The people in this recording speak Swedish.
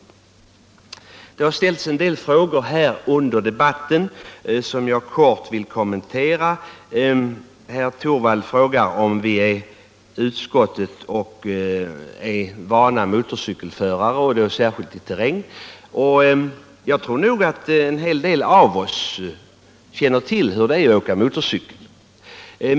Det har ställts en del frågor under debatten som jag kort vill kommentera. Herr Torwald frågade om utskottets ledamöter är vana motorcykelförare, särskilt när det gäller terräng. Jag tror att en hel del av oss känner till hur det är att åka motorcykel.